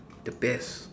the best